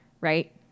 right